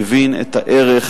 מבין את הערך,